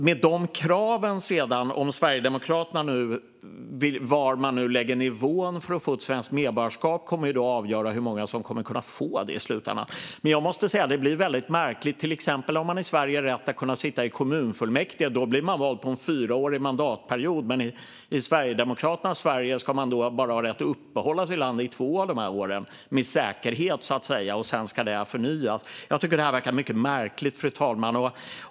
Hur det blir med kraven och var Sverigedemokraterna lägger nivån för att få svenskt medborgarskap kommer sedan att avgöra hur många som kommer att kunna få det i slutändan. Jag måste säga att det blir väldigt märkligt. Om man har rätt att sitta i kommunfullmäktige i Sverige kan man bli invald på en fyraårig mandatperiod, men i Sverigedemokraternas Sverige kan man inte vara säker på att man har rätt att uppehålla sig i landet i mer än två av dessa år, och därefter ska det förnyas. Jag tycker att detta verkar mycket märkligt, fru talman.